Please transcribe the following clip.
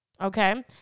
Okay